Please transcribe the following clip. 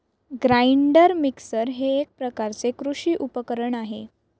grinder mixer हे एक प्रकारचे कृषी उपकरण आहे